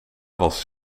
was